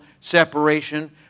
separation